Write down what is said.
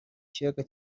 kiyaga